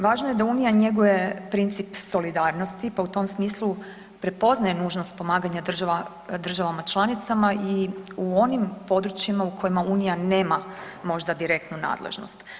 Važno je da Unija njeguje princip solidarnosti, pa u tom smislu prepoznaje nužnost pomaganje državama članicama i u onim područjima u kojima Unija nema možda direktnu nadležnost.